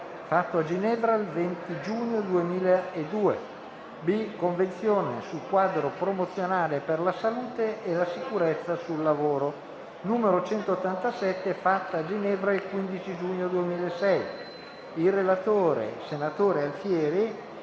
fatto a Ginevra il 20 giugno 2002; *b)* Convenzione sul quadro promozionale per la salute e la sicurezza sul lavoro, n. 187, fatta a Ginevra il 15 giugno 2006. Art. 2. **Approvato**